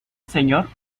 señor